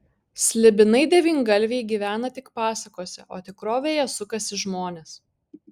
slibinai devyngalviai gyvena tik pasakose o tikrovėje sukasi žmonės